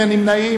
מי נמנע?